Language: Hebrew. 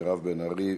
מירב בן ארי,